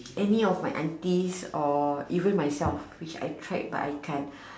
any of my aunties or even myself which I tried but I can't